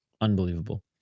Unbelievable